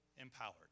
empowered